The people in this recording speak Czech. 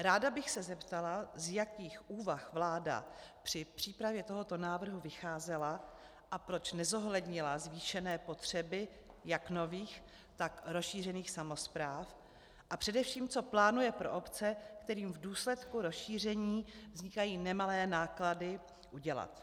Ráda bych se zeptala, z jakých úvah vláda při přípravě tohoto návrhu vycházela a proč nezohlednila zvýšené potřeby jak nových, tak rozšířených samospráv, a především, co plánuje pro obce, kterým v důsledku rozšíření vznikají nemalé náklady, udělat.